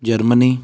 Germany